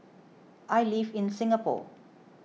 I live in Singapore